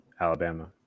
Alabama